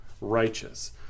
righteous